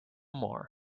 more